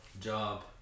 job